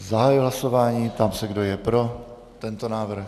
Zahajuji hlasování a ptám se, kdo je pro tento návrh.